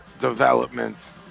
developments